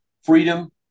Freedom